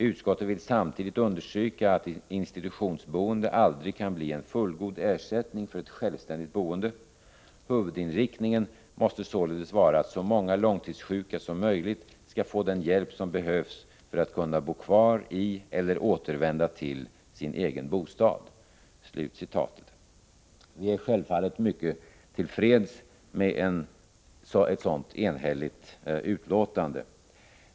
Utskottet vill samtidigt understryka att institutionsboende aldrig kan bli en fullgod ersättning för ett självständigt boende. Huvudinriktningen måste således vara att så många långtidssjuka som möjligt skall få den hjälp som behövs för att kunna bo kvar i eller 11 återvända till sin egen bostad.” Vi är i folkpartiet självfallet mycket till freds med ett sådant enhälligt utlåtande.